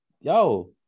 yo